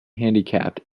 handicapped